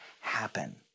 happen